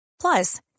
Plus